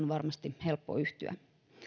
varmasti helppo yhtyä